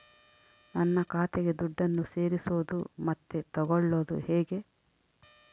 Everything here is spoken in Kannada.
ನನ್ನ ಖಾತೆಗೆ ದುಡ್ಡನ್ನು ಸೇರಿಸೋದು ಮತ್ತೆ ತಗೊಳ್ಳೋದು ಹೇಗೆ?